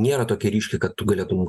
nėra tokia ryški kad tu galėtum